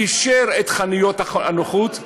אישר את חנויות הנוחות,